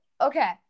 okay